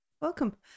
Welcome